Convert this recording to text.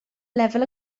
lefel